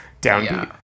downbeat